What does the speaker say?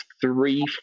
three